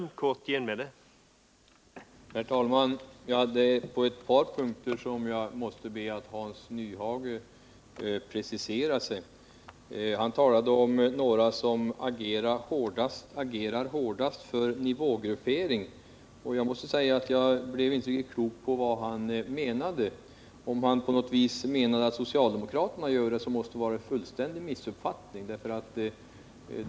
Herr talman! Det är på ett par punkter som jag måste be att Hans Nyhage preciserar sig. Han talade om några som agerade hårdast för nivågruppering. Jag måste säga att jag inte blev riktigt klok på vilka han menade. Om han på något sätt menade att socialdemokraterna gör på detta sätt måste det vara en fullständig missuppfattning.